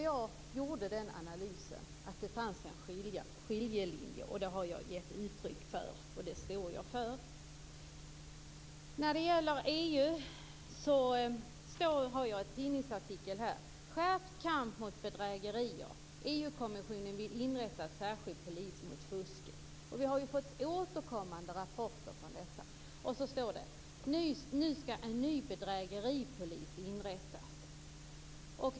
Jag gjorde den analysen att det fanns en skiljelinje. Det har jag gett uttryck för, och det står jag för. När det gäller EU har jag här en tidningsartikel där det står: Skärpt kamp mot bedrägerier - EU kommissionen vill inrätta särskild polis mot fusket. Detta har vi också fått återkommande rapporter om. Vidare står det: Nu skall en ny bedrägeripolis inrättas.